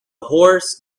horse